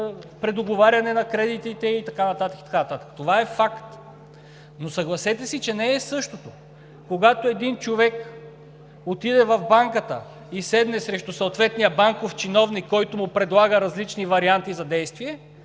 предоговаряне на кредитите и така нататък, и така нататък. Това е факт, но съгласете се, че не е същото, когато един човек отиде в банката и седне срещу съответния банков чиновник, който му предлага различни варианти за действие,